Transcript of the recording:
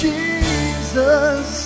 Jesus